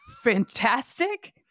fantastic